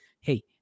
hey